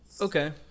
Okay